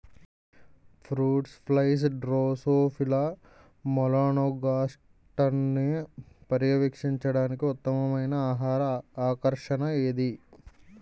Fruit flies drosophila మెలనోగాస్టర్ని పర్యవేక్షించడానికి ఉత్తమమైన ఆహార ఆకర్షణ ఏది?